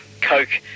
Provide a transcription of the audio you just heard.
Coke